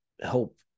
help